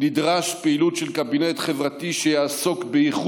נדרשת פעילות של קבינט חברתי שיעסוק באיחוד